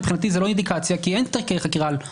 מבחינתי זה לא אינדיקציה כי אין תיקי חקירה על פרוטקשן.